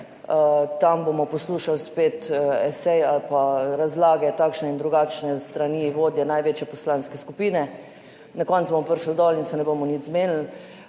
Tam bomo poslušali spet esej ali pa razlage takšne in drugačne s strani vodje največje poslanske skupine. Na koncu bomo prišli dol in se ne bomo nič zmenili.